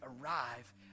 arrive